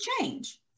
change